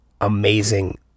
amazing